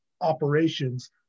operations